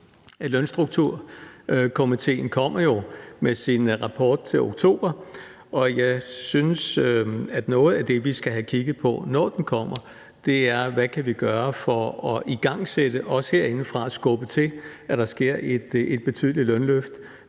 Lønstrukturkomitéen jo kommer med sin rapport til oktober, og jeg synes, at noget af det, vi skal have kigget på, når den kommer, er, hvad vi kan gøre for at igangsætte, også herindefra, skubbe til, at der sker et betydeligt lønløft,